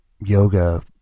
yoga